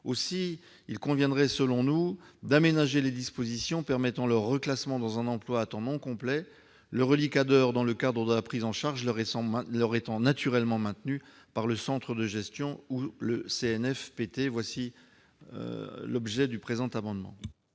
Aussi, il conviendrait selon nous d'aménager les dispositions permettant leur reclassement dans un emploi à temps non complet. Le reliquat d'heures dans le cadre de la prise en charge serait naturellement maintenu par le centre de gestion ou par le CNFPT. Quel est l'avis de